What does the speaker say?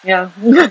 ya